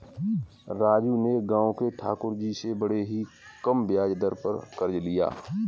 राजू ने गांव के ठाकुर जी से बड़े ही कम ब्याज दर पर कर्ज लिया